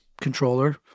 controller